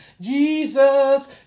Jesus